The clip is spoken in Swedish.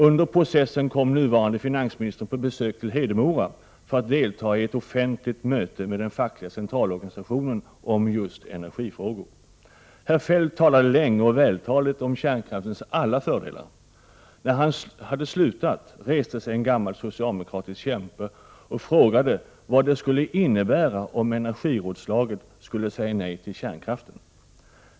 Under processen kom nuvarande finansministern på besök till Hedemora för att delta i ett offentligt möte med den fackliga centralorganisationen om just energifrågor. Herr Feldt talade länge och vältaligt om kärnkraftens alla fördelar. När han slutat reste sig en gammal socialdemokratisk kämpe och frågade vad det skulle innebära om energirådslaget skulle säga nej till kärnkraften.